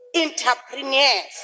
entrepreneurs